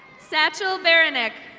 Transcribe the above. sachal berineck.